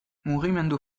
mugimendu